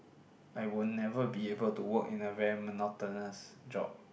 I will never be able to work in a very monotonous job